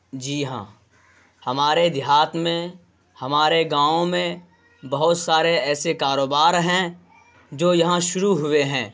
جی ہاں ہمارے دیہات میں ہمارے گاؤں میں بہت سارے ایسے کاروبار ہیں جو یہاں شروع ہوئے ہیں